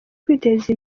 kwiteza